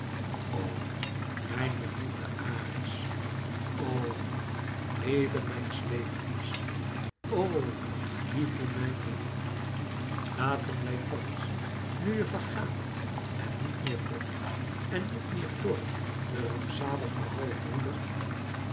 o mijn beminde ares o leven mijns levens o liefde mijner liefde laten wij thans nu je vergaaft en niet meer wrokt en niet meer toornt den rampzaligen halfbroeder